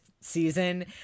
season